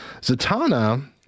Zatanna